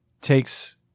takes